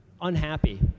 unhappy